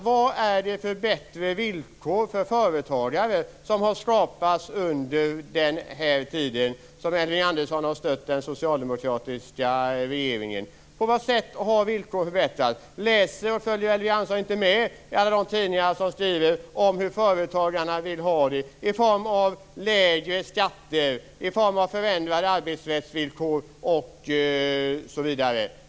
Vad är det för bättre villkor för företagare som har skapats under den tid som Elving Andersson har stött den socialdemokratiska regeringen? På vilket sätt har villkoren förbättrats? Följer Elving Andersson inte med i alla de tidningar som skriver om hur företagarna vill ha det? De vill ha lägre skatter, förändrade arbetsrättsvillkor osv.